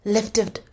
Lifted